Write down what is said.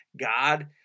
God